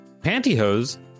Pantyhose